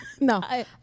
No